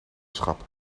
schap